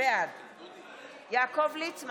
חבר הכנסת